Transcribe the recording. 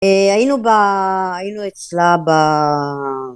היינו ב... היינו אצלה ב...